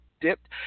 dipped